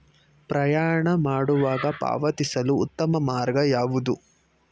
ಪ್ರಯಾಣ ಮಾಡುವಾಗ ಪಾವತಿಸಲು ಉತ್ತಮ ಮಾರ್ಗ ಯಾವುದು?